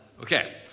okay